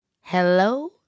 hello